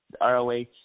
ROH